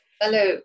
Hello